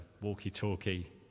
walkie-talkie